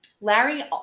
Larry